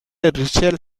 ریچل